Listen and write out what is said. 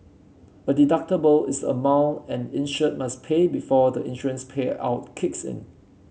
a deductible is amount an insured must pay before the insurance payout kicks in